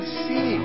see